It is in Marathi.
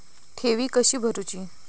ठेवी कशी भरूची?